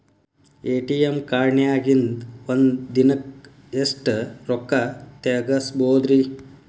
ATM ಕಾರ್ಡ್ನ್ಯಾಗಿನ್ದ್ ಒಂದ್ ದಿನಕ್ಕ್ ಎಷ್ಟ ರೊಕ್ಕಾ ತೆಗಸ್ಬೋದ್ರಿ?